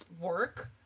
work